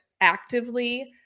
actively